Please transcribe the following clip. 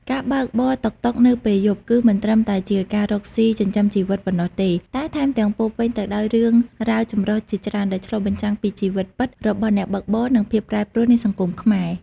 ការបើកបរតុកតុកនៅពេលយប់ គឺមិនត្រឹមតែជាការរកស៊ីចិញ្ចឹមជីវិតប៉ុណ្ណោះទេ តែថែមទាំងពោរពេញទៅដោយរឿងរ៉ាវចម្រុះជាច្រើន ដែលឆ្លុះបញ្ចាំងពីជីវិតពិតរបស់អ្នកបើកបរ និងភាពប្រែប្រួលនៃសង្គមខ្មែរ។